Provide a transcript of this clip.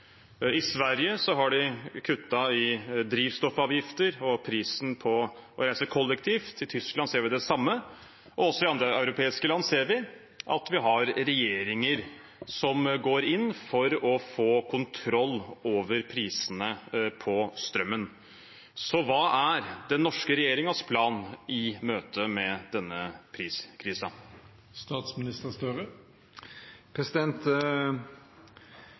I Sverige har de kuttet i drivstoffavgifter og prisen på å reise kollektivt. I Tyskland ser vi det samme, og også i andre europeiske land ser vi regjeringer som går inn for å få kontroll over prisene på strøm. Hva er den norske regjeringens plan i møte med denne